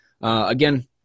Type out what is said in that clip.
Again